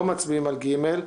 לא מצביעים על ג'.